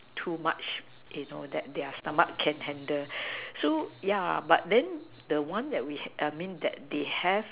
too much you know that their stomach can handle so yeah but then the one that we I mean that they have